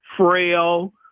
frail